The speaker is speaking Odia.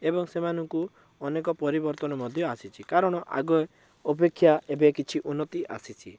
ଏବଂ ସେମାନଙ୍କୁ ଅନେକ ପରିବର୍ତ୍ତନ ମଧ୍ୟ ଆସିଛି କାରଣ ଆଗ ଅପେକ୍ଷା ଏବେ କିଛି ଉନ୍ନତି ଆସିଛି